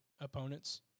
opponents